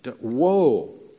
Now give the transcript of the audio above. Whoa